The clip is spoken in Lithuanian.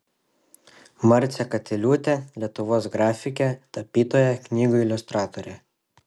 marcė katiliūtė lietuvos grafikė tapytoja knygų iliustratorė